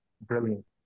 brilliant